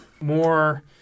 more